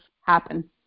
happen